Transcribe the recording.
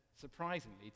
surprisingly